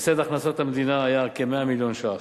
הפסד הכנסות המדינה היה כ-100 מיליון ש"ח.